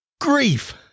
grief